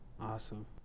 Awesome